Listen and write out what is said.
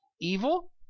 evil